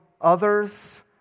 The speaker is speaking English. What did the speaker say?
others